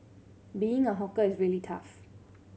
being a hawker is really tough